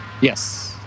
Yes